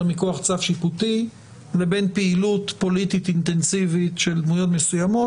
מכוח צו שיפוטי לבין פעילות פוליטית אינטנסיבית של דמויות מסוימות.